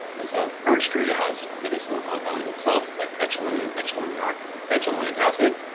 and so birch tree has medicinal compounds itself like betulin and betulinic betulinic acid,